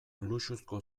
luxuzko